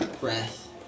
breath